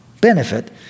benefit